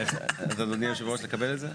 אז אדוני היושב ראש מקבל את זה?